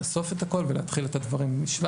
לאסוף את הכול ולהתחיל את הדברים ---.